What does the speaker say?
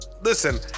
listen